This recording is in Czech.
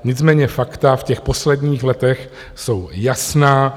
Nicméně fakta v posledních letech jsou jasná.